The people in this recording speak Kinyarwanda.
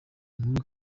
nkuru